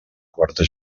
quarta